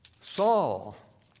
Saul